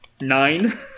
Nine